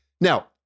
Now